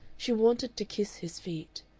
she wanted to kiss his feet.